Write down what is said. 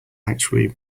actually